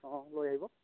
অ লৈ আহিব